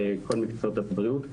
לכל מקצועות הבריאות.